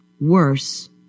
Worse